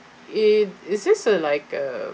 is is this uh like a